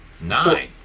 Nine